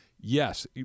Yes